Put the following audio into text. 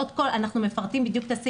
אנחנו מפרטים בדיוק את הדברים.